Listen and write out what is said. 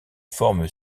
forme